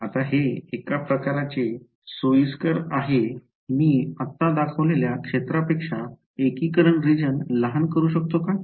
आता हे एक प्रकारचा सोयीस्कर आहे मी आत्ता दाखवलेल्या क्षेत्रापेक्षा एकीकरण रिजन लहान करू शकतो का